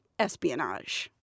Espionage